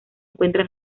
encuentra